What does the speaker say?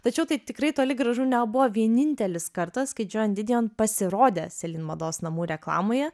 tačiau tai tikrai toli gražu nebuvo vienintelis kartas kai džoan didion pasirodė celine mados namų reklamoje